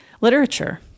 literature